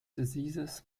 diseases